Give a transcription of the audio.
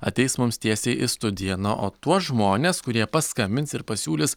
ateis mums tiesiai į studiją na o tuos žmones kurie paskambins ir pasiūlys